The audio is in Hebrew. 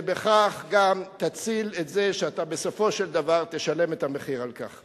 ובכך גם תציל את זה שאתה בסופו של דבר תשלם את המחיר על כך.